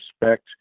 respect